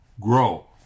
Grow